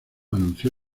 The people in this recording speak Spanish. anunció